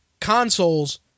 consoles